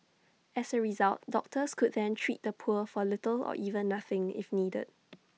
as A result doctors could then treat the poor for little or even nothing if needed